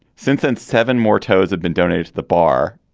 since then, seven more toes have been donated the bar